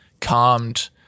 calmed